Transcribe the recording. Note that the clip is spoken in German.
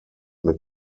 mit